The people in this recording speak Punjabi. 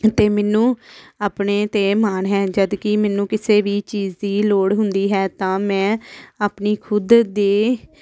ਅਤੇ ਮੈਨੂੰ ਆਪਣੇ 'ਤੇ ਮਾਣ ਹੈ ਜਦੋਂ ਕਿ ਮੈਨੂੰ ਕਿਸੇ ਵੀ ਚੀਜ਼ ਦੀ ਲੋੜ ਹੁੰਦੀ ਹੈ ਤਾਂ ਮੈਂ ਆਪਣੀ ਖ਼ੁਦ ਦੇ